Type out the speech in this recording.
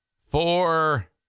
four